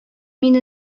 мин